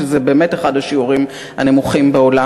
שזה באמת אחד השיעורים הנמוכים בעולם?